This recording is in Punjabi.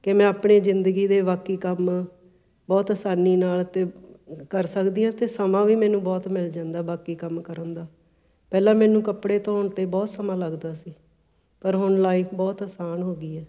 ਕਿ ਮੈਂ ਆਪਣੀ ਜ਼ਿੰਦਗੀ ਦੇ ਬਾਕੀ ਕੰਮ ਬਹੁਤ ਆਸਾਨੀ ਨਾਲ ਅਤੇ ਕਰ ਸਕਦੀ ਏ ਅਤੇ ਸਮਾਂ ਵੀ ਮੈਨੂੰ ਬਹੁਤ ਮਿਲ ਜਾਂਦਾ ਬਾਕੀ ਕੰਮ ਕਰਨ ਦਾ ਪਹਿਲਾਂ ਮੈਨੂੰ ਕੱਪੜੇ ਧੋਣ 'ਤੇ ਬਹੁਤ ਸਮਾਂ ਲੱਗਦਾ ਸੀ ਪਰ ਹੁਣ ਲਾਈਫ ਬਹੁਤ ਆਸਾਨ ਹੋ ਗਈ ਏ